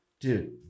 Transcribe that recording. dude